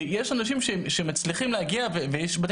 כי יש אנשים שמצליחים להגיע ויש בית